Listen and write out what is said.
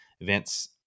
Events